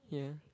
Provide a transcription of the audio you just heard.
yeah